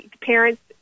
parents